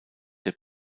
der